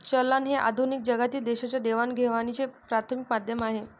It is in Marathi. चलन हे आधुनिक जगातील देशांच्या देवाणघेवाणीचे प्राथमिक माध्यम आहे